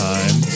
Time